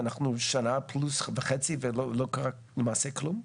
ואנחנו שנה פלוס וחצי ולא קרה למעשה כלום?